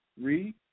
Read